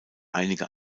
einige